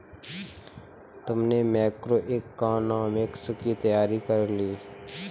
तुमने मैक्रोइकॉनॉमिक्स की तैयारी कर ली?